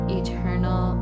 eternal